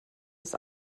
des